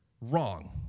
wrong